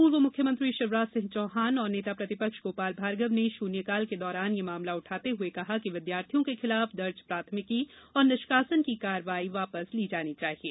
पूर्व मुख्यमंत्री शिवराज सिंह चौहान और नेता प्रतिपक्ष गोपाल भार्गव ने शून्यकाल के दौरान यह मामला उठाते हुए कहा कि विद्यार्थियों के खिलाफ दर्ज प्राथमिकी और निष्कासन की कार्यवाही वापस ली जानी चाहिये